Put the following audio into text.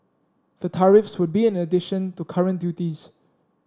the tariffs would be in addition to current duties